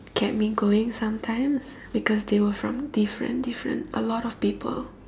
kept me going sometimes because they were from different different a lot of people